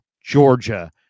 Georgia